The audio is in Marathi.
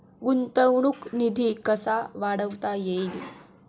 गुंतवणूक निधी कसा वाढवता येईल?